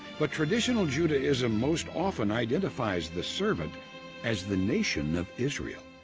but traditional judaism most often identifies the servant as the nation of israel,